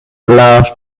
large